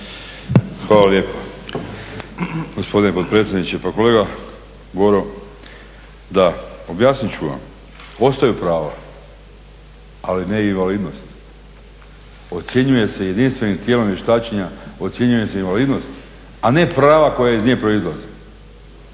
Hvala lijepo gospodine potpredsjedniče. Pa kolega Boro, da objasnit ću vam, ostaju prava, ali ne i invalidnost. Ocjenjuje se jedinstvenim tijelom vještačenja ocjenjuje se invalidnost, a ne prava koja iz nje proizlaze.